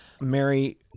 Mary